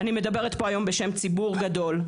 אני מדברת היום בשם ציבור גדול,